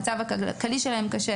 שהמצב הכלכלי שלהם קשה